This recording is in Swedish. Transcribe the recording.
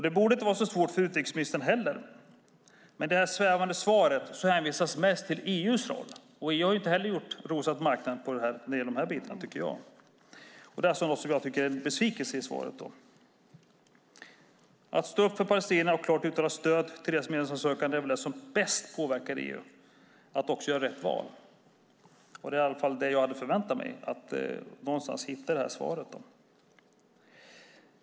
Det borde inte vara så svårt för utrikesministern heller, men i det svävande svaret hänvisas mest till EU:s roll, och EU har ju inte heller rosat marknaden när det gäller detta. Detta tycker jag är en besvikelse i svaret. Att stå upp för palestinierna och uttala klart stöd för deras medlemsansökan är väl det som bäst påverkar EU att också göra rätt val. Jag hade förväntat mig att hitta detta i svaret någonstans.